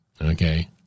okay